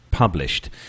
Published